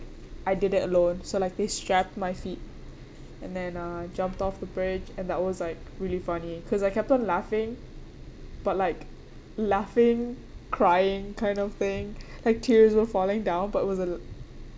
I did it alone so like they strapped my feet and then uh jumped off the bridge and that was like really funny because I kept on laughing but like laughing crying kind of thing like tears were falling down but it was a